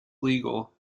legal